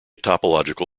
topological